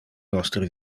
nostre